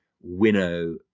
winnow